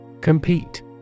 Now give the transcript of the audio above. Compete